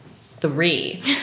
three